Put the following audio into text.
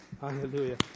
Hallelujah